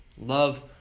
Love